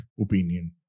opinion